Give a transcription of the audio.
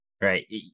right